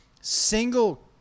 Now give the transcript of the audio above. single